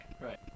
Right